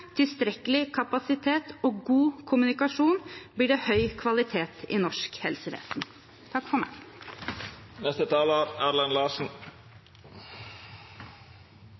tilstrekkelig kapasitet og god kommunikasjon blir det høy kvalitet i norsk helsevesen.